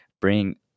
bring